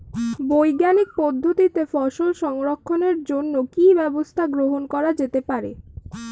বৈজ্ঞানিক পদ্ধতিতে ফসল সংরক্ষণের জন্য কি ব্যবস্থা গ্রহণ করা যেতে পারে?